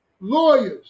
lawyers